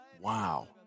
Wow